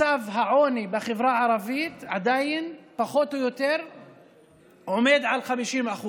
מצב העוני בחברה הערבית עדיין עומד על 50%,